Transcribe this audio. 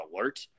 alert